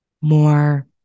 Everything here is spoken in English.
more